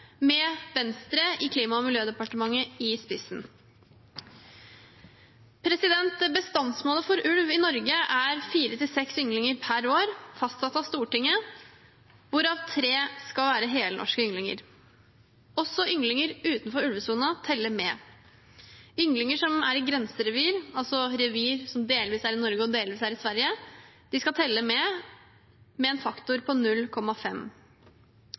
med Venstre i Klima- og miljødepartementet i spissen. Bestandsmålet for ulv i Norge er fire–seks ynglinger per år, fastsatt av Stortinget, hvorav tre skal være helnorske ynglinger. Også ynglinger utenfor ulvesonen teller med. Ynglinger i grenserevir, altså revir som delvis er i Norge og delvis er i Sverige, skal telle med med en faktor på 0,5.